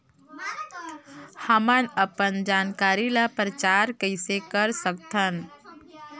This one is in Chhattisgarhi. हमन अपन जानकारी ल प्रचार कइसे कर सकथन?